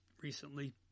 recently